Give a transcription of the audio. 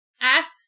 asks